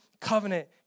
covenant